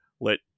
let